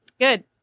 good